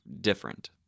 different